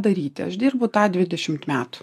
daryti aš dirbu tą dvidešimt metų